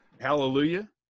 Hallelujah